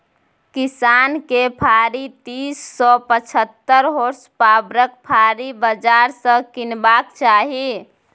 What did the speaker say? किसान केँ फारी तीस सँ पचहत्तर होर्सपाबरक फाड़ी बजार सँ कीनबाक चाही